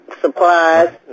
supplies